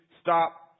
stop